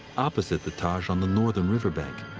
opposite the taj on the northern riverbank.